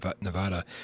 Nevada